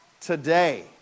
today